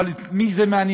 אבל את מי זה מעניין?